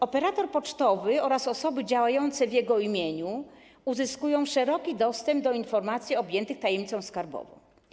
Operator pocztowy oraz osoby działające w jego imieniu uzyskują szeroki dostęp do informacji objętych tajemnicą skarbową.